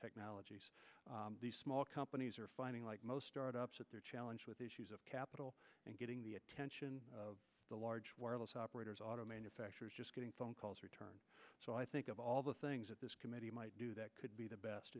technologies these small companies are finding like most startups at their challenge with the issues of capital and getting the attention of the large wireless operators auto manufacturers just getting phone calls returned so i think of all the things that this committee that could be the best